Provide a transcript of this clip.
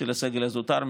של הסגל הזוטר.